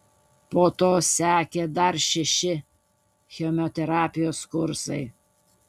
po to sekė dar šeši chemoterapijos kursai